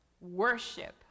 worship